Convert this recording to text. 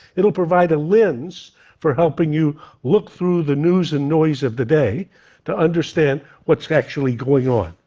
it will provide a lens for helping you look through the news and noise of the day to understand what's actually going on.